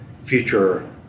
future